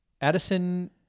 Addison